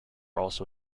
also